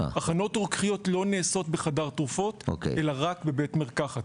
הכנות רוקחיות לא נעשות בחדר תרופות אלא רק בבית מרקחת.